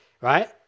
right